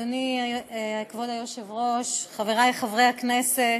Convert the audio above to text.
אדוני כבוד היושב-ראש, חברי חברי הכנסת,